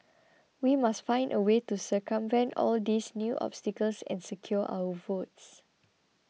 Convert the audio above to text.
we must find a way to circumvent all these new obstacles and secure our votes